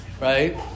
right